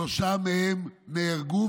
שלושה מהם נהרגו.